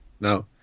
no